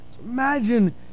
Imagine